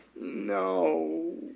No